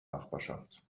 nachbarschaft